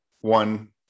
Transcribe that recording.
one